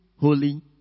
holy